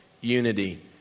unity